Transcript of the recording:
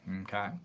Okay